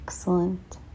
Excellent